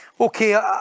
Okay